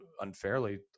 unfairly